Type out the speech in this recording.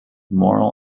moral